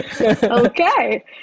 Okay